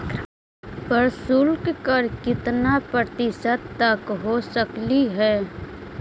प्रशुल्क कर कितना प्रतिशत तक हो सकलई हे?